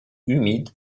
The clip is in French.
humide